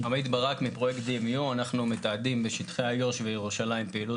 שמי עמית ברק מפרויקט DMU. אנחנו מתעדים בשטחי היו"ש וירושלים פעילות